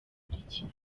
ikurikira